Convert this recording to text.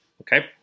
okay